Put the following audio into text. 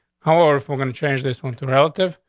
however, if we're going to change this one to relative,